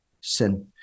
sin